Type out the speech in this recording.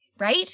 Right